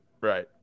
Right